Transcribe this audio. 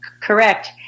Correct